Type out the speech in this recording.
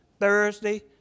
Thursday